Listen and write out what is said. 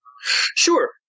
Sure